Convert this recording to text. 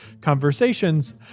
conversations